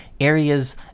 areas